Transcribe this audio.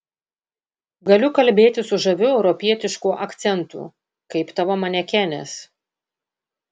galiu kalbėti su žaviu europietišku akcentu kaip tavo manekenės